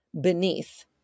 beneath